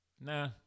Nah